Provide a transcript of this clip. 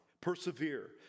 Persevere